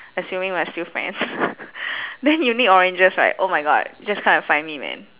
assuming we are still friends then you need oranges right oh my god just come and find me man